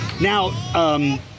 Now